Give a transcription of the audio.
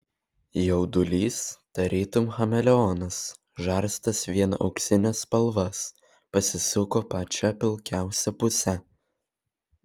jaudulys tarytum chameleonas žarstęs vien auksines spalvas pasisuko pačia pilkiausia puse